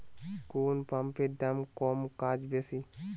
কোন পাম্পের দাম কম কাজ বেশি?